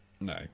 no